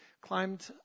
climbed